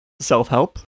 self-help